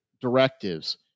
directives